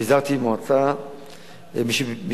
משפיזרתי מועצה נבחרת,